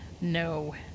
No